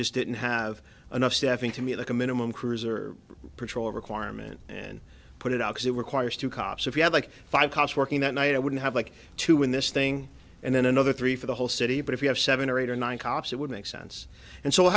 just didn't have enough staffing to me like a minimum cruiser patrol requirement and put it out because it requires two cops if you have like five cars working that night i wouldn't have like to win this thing and then another three for the whole city but if you have seven or eight or nine cops it would make sense and so